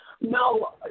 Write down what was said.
No